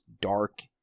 dark